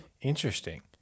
Interesting